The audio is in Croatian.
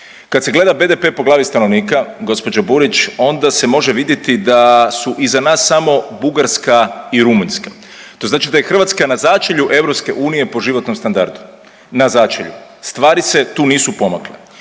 Kad se gleda BDP po glavi stanovnika gospođo Burić onda se može vidjeti da su iza nas samo Bugarska i Rumunjska, to znači da je Hrvatska na začelju EU po životnom standardu, na začelju, stvari se tu nisu pomakle.